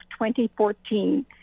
2014